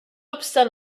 obstant